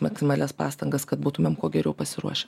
maksimalias pastangas kad būtumėm kuo geriau pasiruošę